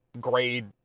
grade